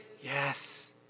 yes